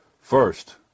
First